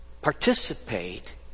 Participate